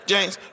James